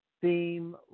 theme